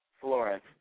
Florence